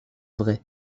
vrai